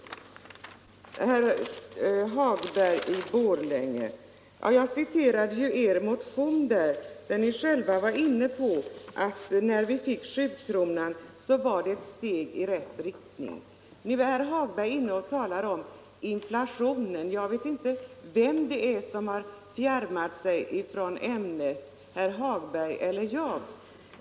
Till herr Hagberg i Borlänge vill jag säga att jag citerade vpk:s motion, där ni själva menar att sjukronan var ett steg i rätt riktning. Nu talar herr Hagberg om inflationen. Jag vet inte vem det är som har fjärmat sig ifrån ämnet, herr Hagberg eller jag.